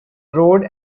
road